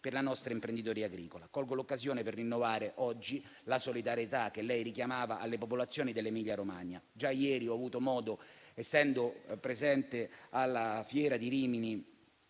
per la nostra imprenditoria agricola. Colgo l'occasione per rinnovare oggi la solidarietà che lei richiamava alle popolazioni dell'Emilia-Romagna; già ieri, essendo presente alla Fiera di Rimini